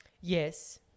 Yes